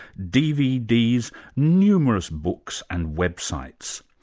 dvds, numerous books and websites.